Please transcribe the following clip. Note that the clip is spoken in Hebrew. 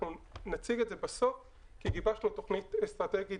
אנחנו נציג את זה בסוף כי גיבשנו תכנית אסטרטגית